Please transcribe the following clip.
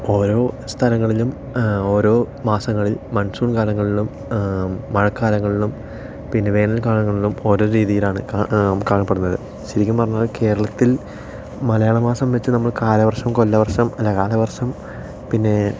ഓരോ സ്ഥലങ്ങളിലും ഓരോ മാസങ്ങളിൽ മൺസൂൺ കാലങ്ങളിലും മഴകാലങ്ങളിലും പിന്നെ വേനൽകാലങ്ങളിലും ഓരോ രീതിയിലാണ് കാണപ്പെടുന്നത് ശെരിക്കും പറഞ്ഞാൽ കേരളത്തിൽ മലയാള മാസം വച്ച് നമ്മൾ കാലവർഷം കൊല്ലവർഷം അല്ല കാലവർഷം പിന്നെ